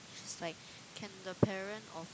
she's like can the parent of